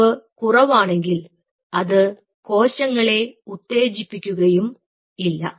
അളവ് കുറവാണെങ്കിൽ അത് കോശങ്ങളെ ഉത്തേജിപ്പിക്കുകയും ഇല്ല